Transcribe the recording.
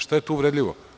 Šta je to uvredljivo?